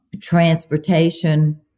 transportation